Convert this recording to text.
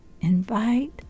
Invite